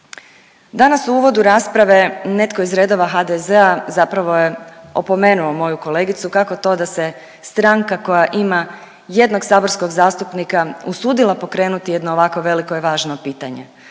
Danas u uvodu rasprave netko iz redova HDZ-a zapravo je opomenuo moju kolegicu kako to da se stranka koja ima jednog saborskog zastupnika usudila pokrenuti jedno ovako veliko i važno pitanje?